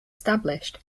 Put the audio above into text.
established